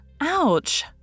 Ouch